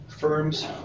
Firms